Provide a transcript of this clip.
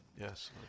Yes